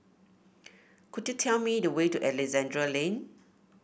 could you tell me the way to Alexandra Lane